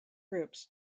groups